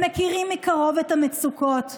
הם מכירים מקרוב את המצוקות.